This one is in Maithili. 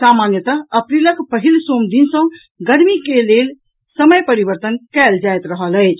सामान्यतः अप्रीलक पहिल सोम दिन सॅ गर्मी के लेल समय परिवर्तन कयल जायत रहल अछि